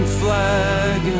flag